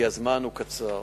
כי הזמן הוא קצר.